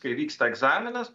kai vyksta egzaminas